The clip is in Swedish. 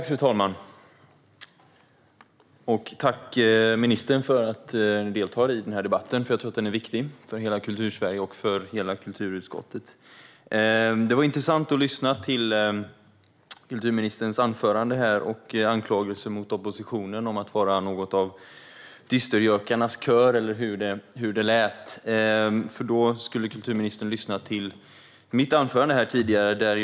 Fru talman! Tack, ministern, för att du deltar i denna debatt! Jag tror att den är viktig för hela Kultursverige och för hela kulturutskottet. Det var intressant att lyssna till kulturministerns anförande och hennes anklagelser mot oppositionen för att vara något av dystergökarnas kör, eller hur det nu lät. Kulturministern skulle ha lyssnat till mitt tidigare anförande.